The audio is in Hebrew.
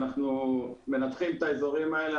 אנחנו מנתחים את האזורים האלה.